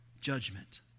judgment